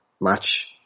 match